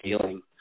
feeling